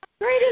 great